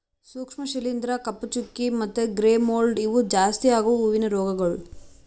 ಸೂಕ್ಷ್ಮ ಶಿಲೀಂಧ್ರ, ಕಪ್ಪು ಚುಕ್ಕಿ ಮತ್ತ ಗ್ರೇ ಮೋಲ್ಡ್ ಇವು ಜಾಸ್ತಿ ಆಗವು ಹೂವಿನ ರೋಗಗೊಳ್